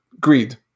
greed